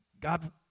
God